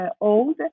old